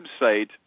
website